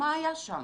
מה היה שם?